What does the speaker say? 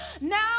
Now